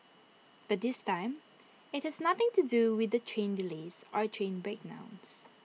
but this time IT has nothing to do with the train delays or train breakdowns